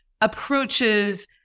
approaches